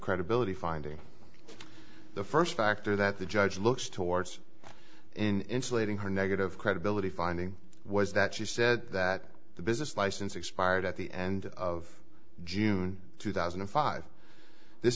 credibility finding the first factor that the judge looks towards and inflating her negative credibility finding was that she said that the business license expired at the end of june two thousand and five this